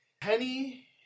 Penny